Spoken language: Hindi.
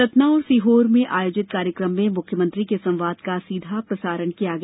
सतना और सीहोर में आयोजित कार्यक्रम में मुख्यमंत्री के संवाद का सीधा प्रसारण किया गया